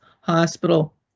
Hospital